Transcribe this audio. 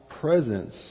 presence